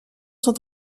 sont